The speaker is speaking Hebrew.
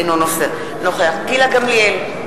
אינו נוכח גילה גמליאל,